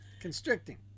Constricting